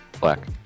Black